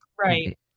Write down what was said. Right